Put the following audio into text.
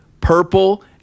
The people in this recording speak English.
Purple